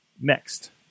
Next